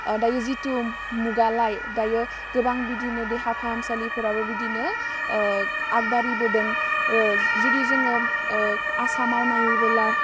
ओह दायो जिथु मुगालाय दायो गोबां बिदिनो देहा फाहामसालिफोराबो बिदिनो ओह आगबारिबोदों ओह जुदि जोङो ओह आसामाव नायोबोला